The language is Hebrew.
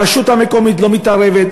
הרשות המקומית לא מתערבת,